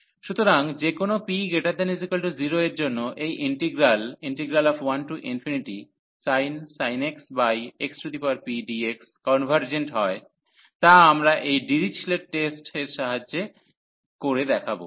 সুতরাং যেকোন p≥0 এর জন্য এই integral 1sin x xpdx convergent হয় তা আমরা এই ডিরিচলেট টেস্ট এর সাহায্যে করে দেখাব